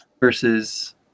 versus